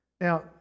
Now